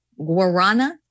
guarana